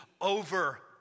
over